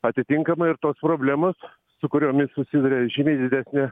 atitinkamai ir tos problemos su kuriomis susiduria žymiai didesnė